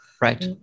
right